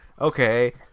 Okay